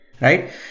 Right